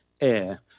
air